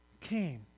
came